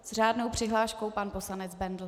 S řádnou přihláškou pan poslanec Bendl.